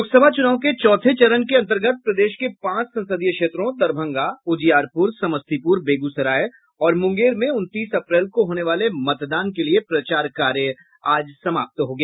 लोकसभा चुनाव के चौथे चरण के अन्तर्गत प्रदेश के पांच संसदीय क्षेत्रों दरभंगा उजियारपुर समस्तीपुर बेगूसराय और मुंगेर में उनतीस अप्रैल को होने वाले मतदान के लिए प्रचार कार्य आज समाप्त हो गया